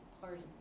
party